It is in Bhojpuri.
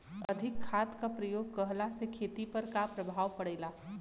अधिक खाद क प्रयोग कहला से खेती पर का प्रभाव पड़ेला?